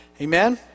Amen